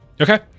okay